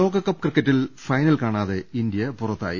ലോകകപ്പ് ക്രിക്കറ്റിൽ ഫൈനൽ കാണാതെ ഇന്ത്യ പുറത്തായി